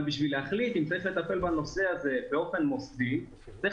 אבל בשביל להחליט אם צריך לטפל בנושא הזה באופן מוסדי צריך